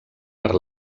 per